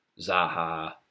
Zaha